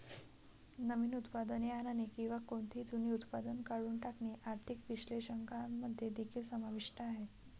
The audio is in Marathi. नवीन उत्पादने आणणे किंवा कोणतेही जुने उत्पादन काढून टाकणे आर्थिक विश्लेषकांमध्ये देखील समाविष्ट आहे